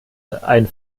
ein